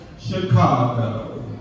Chicago